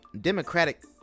Democratic